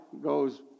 goes